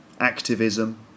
Activism